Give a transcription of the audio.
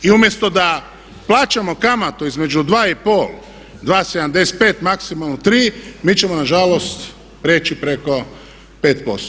I umjesto da plaćamo kamatu između 2,5 i 2,75 maksimalno 3 mi ćemo nažalost prijeći preko 5%